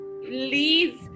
Please